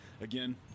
again